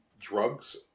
drugs